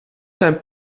zijn